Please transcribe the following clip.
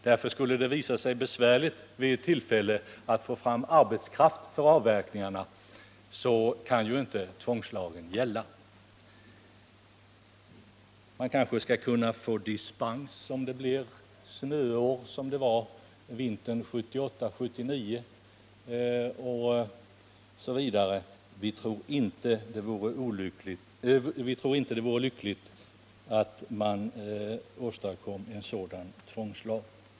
Skulle det nämligen visa sig besvärligt vid något tillfälle att få fram arbetskraft till avverkningarna kan inte tvångslagen tillämpas. Man skulle kanske kunna utverka dispens för ett snöår, ett sådant som vi hade vintern 1978-1979. ex. Vi tror inte att det vore lyckligt att införa en sådan tvångslag.